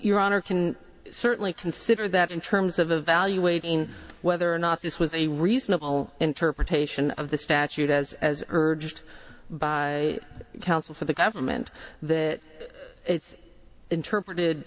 honor can certainly consider that in terms of evaluating whether or not this was a reasonable interpretation of the statute as urged by counsel for the government that it's interpreted